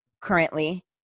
currently